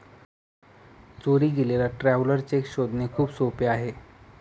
चोरी गेलेला traveller cheque शोधणे खूप सोपे आहे